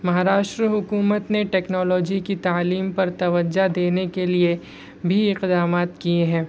مہاراشٹر حکومت نے ٹیکنالوجی کی تعلیم پر توجہ دینے کے لیے بھی اقدامات کئے ہیں